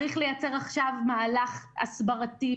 צריך לייצר עכשיו מהלך הסברתי,